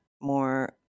more